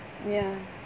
ya